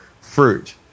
fruit